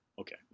Okay